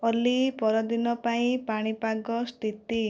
ହୋଲି ପରଦିନ ପାଇଁ ପାଣିପାଗ ସ୍ଥିତି